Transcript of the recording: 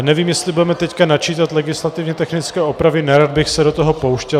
Nevím, jestli budeme teď načítat legislativně technické opravy, nerad bych se do toho pouštěl.